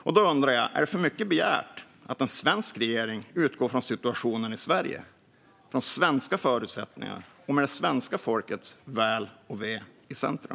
Därför undrar jag: Är det för mycket begärt att en svensk regering utgår från situationen i Sverige och från de svenska förutsättningarna - och har det svenska folkets väl och ve i centrum?